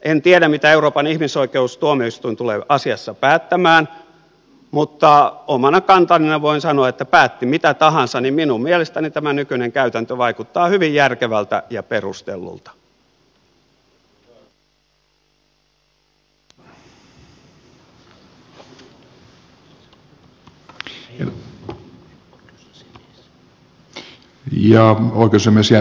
en tiedä mitä euroopan ihmisoikeustuomioistuin tulee asiassa päättämään mutta omana kantanani voin sanoa että päätti mitä tahansa niin minun mielestäni tämä nykyinen käytäntö vaikuttaa hyvin järkevältä ja perustellulta